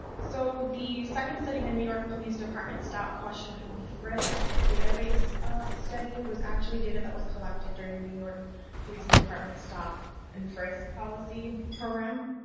so the second study, the new york police department stop, question, and frisk database study was actually data that was collected during new york police department stop and frisk policy program.